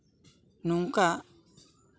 ᱱᱚᱝᱠᱟ